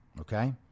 Okay